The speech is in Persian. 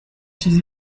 چیزی